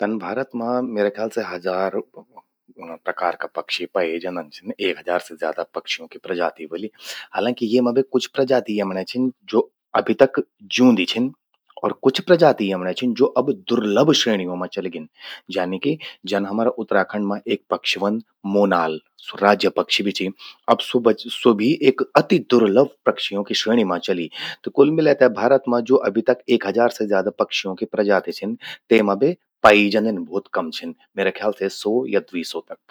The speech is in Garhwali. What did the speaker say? तन भारत मां म्येरा ख्याल से हजारों प्रकार का पक्षी पये जंदन। एक हजार से ज्यादा पक्षियों कि प्रजाति व्हलि। हालांकि, ये मां बे कुछ प्रजाति यमण्ये छिन ज्वो अभि तक ज्यूंदि छिन। और कुछ प्रजाति यन छिन ज्वो अब दुर्लभ श्रेणियों मां चलिगिन। जन कि जन हमरा उत्तराखंड मां एक पक्षी व्हंद मोनाल, राज्य पक्षी भि चि। अब स्वो भि पक्षियों कि अति दुर्लभ श्रेणी मां चली। त कुल मिलै ते भारत मां अभि तक ज्वो एक हजार से ज्यादा पक्षियों कि प्रजाति छिन। तेमा बे पयीं जंदिन भौत कम छिन। म्येरा ख्याल से सौ या द्वी सौ तक।